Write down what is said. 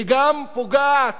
היא גם פוגעת